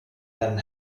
then